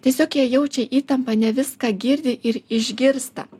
tiesiog jie jaučia įtampą ne viską girdi ir išgirsta